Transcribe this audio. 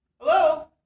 Hello